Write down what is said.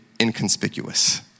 inconspicuous